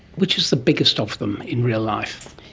which is the biggest of them in real life?